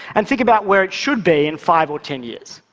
and think about where it should be in five or ten years.